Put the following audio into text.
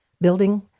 building